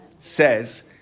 says